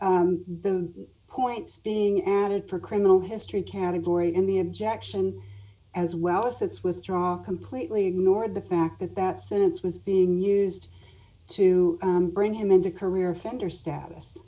the points being added per criminal history category and the objection as well as its withdraw completely ignored the fact that that sentence was being used to bring him into career offender status